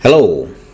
Hello